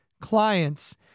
clients